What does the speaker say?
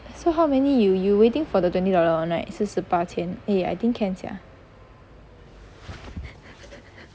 so how many you you waiting for the twenty dollar [one] right 是十八千 eh I think can sia